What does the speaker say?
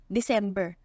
December